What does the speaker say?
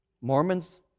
Mormons